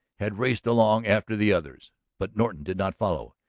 had raced along after the others. but norton did not follow.